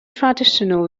traditional